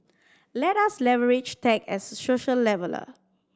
let us leverage tech as a social leveller